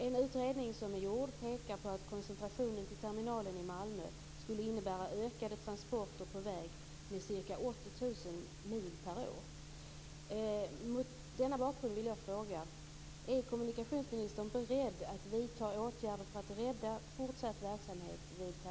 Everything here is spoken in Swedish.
En utredning som gjorts pekar på att en koncentration till terminalen i Malmö skulle innebära ökade transporter på väg - det rör sig om ca